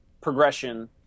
progression –